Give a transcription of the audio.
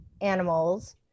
animals